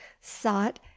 sought